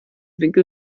winkel